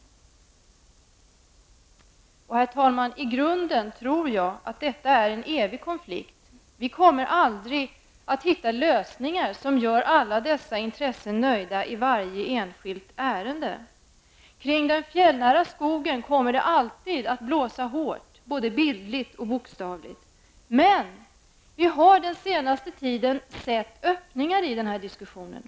Herr talman! I grunden tror jag att detta är en evig konflikt. Vi kommer aldrig att hitta lösningar som gör alla dessa intressen nöjda i varje enskilt ärende. Kring den fjällnära skogen kommer det alltid att blåsa hårt, både bildligt och bokstavligt. Den senaste tiden har vi dock sett öppningar i den här diskussionen.